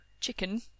chicken